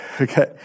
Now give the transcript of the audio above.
Okay